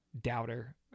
doubter